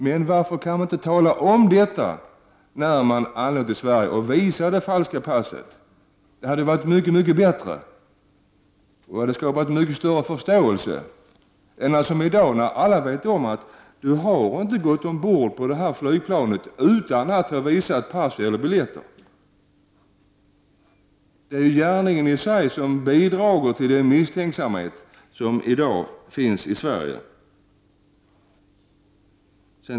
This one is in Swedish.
Men varför kan de asylsökande inte tala om detta när de har anlänt till Sverige och visa det falska passet? Det hade varit mycket bättre. Det hade skapat mycket större förståelse. Alla vet att man inte går ombord på ett flygplan utan att visa pass och biljetter. Det är gärningen i sig som bidrar till den misstänksamhet som i dag finns i Sverige.